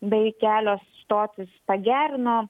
bei kelios stotys pagerino